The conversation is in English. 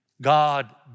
God